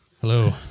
Hello